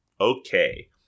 Okay